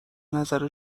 نظر